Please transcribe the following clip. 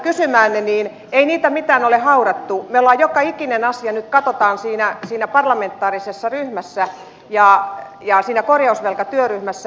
ei niitä mitään ole haudattu me joka ikisen asian nyt katsomme siinä parlamentaarisessa ryhmässä ja siinä korjausvelkatyöryhmässä